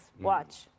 Watch